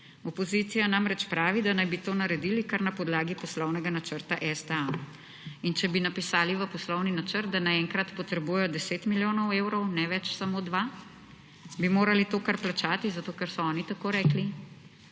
Opozicija namreč pravi, da naj bi to naredili kar na podlagi poslovnega načrta STA. In če bi napisali v poslovni načrt, da naenkrat potrebujejo 10 milijonov evrov, ne več samo 2, bi morali to kar plačati, zato ker so oni tako rekli?